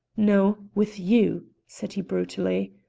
no, with you, said he brutally.